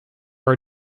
are